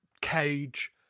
cage